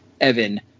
Evan